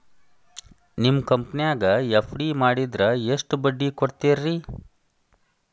ನಿಮ್ಮ ಕಂಪನ್ಯಾಗ ಎಫ್.ಡಿ ಮಾಡಿದ್ರ ಎಷ್ಟು ಬಡ್ಡಿ ಕೊಡ್ತೇರಿ?